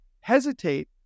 hesitate